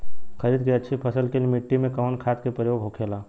खरीद के अच्छी फसल के लिए मिट्टी में कवन खाद के प्रयोग होखेला?